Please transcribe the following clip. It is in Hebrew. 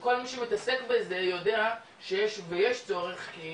כשכל מי שמתעסק בזה יודע שיש ויש צורך כי